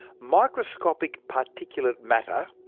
microscopic particulate matter,